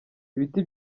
ibiti